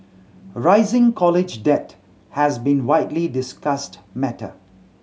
rising college debt has been widely discussed matter